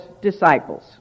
disciples